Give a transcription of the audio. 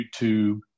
YouTube